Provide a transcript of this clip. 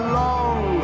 long